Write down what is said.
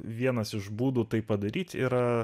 vienas iš būdų tai padaryti yra